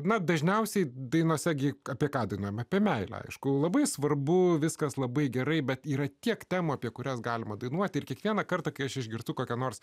na dažniausiai dainose gi apie ką dainuojame apie meilę aišku labai svarbu viskas labai gerai bet yra tiek temų apie kurias galima dainuoti ir kiekvieną kartą kai aš išgirstu kokią nors